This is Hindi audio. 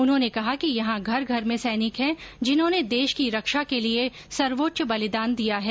उन्होंने कहा कि यहां घर घर में सैनिक है जिन्होंने देश की रक्षा के लिए सर्वोच्च बलिदान दिया है